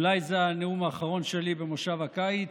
זה אולי הנאום האחרון שלי במושב הקיץ.